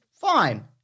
fine